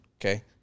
okay